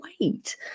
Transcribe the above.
wait